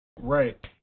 Right